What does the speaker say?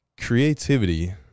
Creativity